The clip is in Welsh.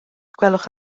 gwelwch